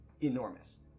enormous